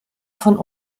von